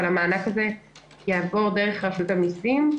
אבל המענק הזה יעבור דרך רשות המסים,